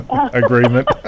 Agreement